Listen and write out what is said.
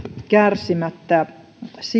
kärsimättä